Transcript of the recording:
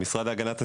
המשרד להגנת הסביבה,